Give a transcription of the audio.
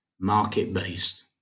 market-based